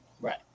Right